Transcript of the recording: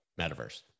metaverse